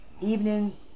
evening